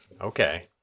Okay